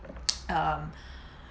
um